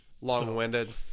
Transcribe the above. Long-winded